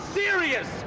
serious